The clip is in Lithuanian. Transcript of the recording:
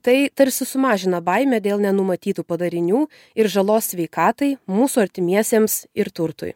tai tarsi sumažina baimę dėl nenumatytų padarinių ir žalos sveikatai mūsų artimiesiems ir turtui